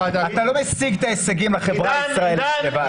אתה לא משיג את ההישגים לחברה הישראלית לבד.